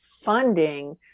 funding